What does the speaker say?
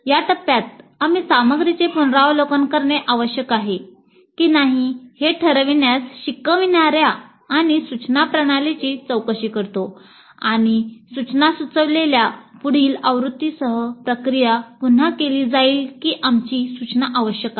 या टप्प्यात आम्ही सामग्रीचे पुनरावलोकन करणे आवश्यक आहे की नाही हे ठरविण्यास शिकविणार्या आणि सूचना प्रणालीची चौकशी करतो आणि सूचना सुचवलेल्या पुढील आवृत्तीसह प्रक्रिया पुन्हा केली जाईल ही आमची सूचना आवश्यक आहे